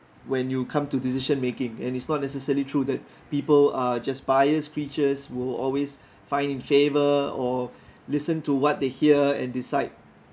when you come to decision making and it's not necessary true that people are just biased creatures who will always find in favour or listen to what they hear and decide